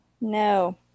No